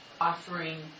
offering